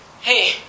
hey